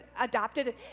adopted